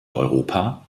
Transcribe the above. europa